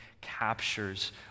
captures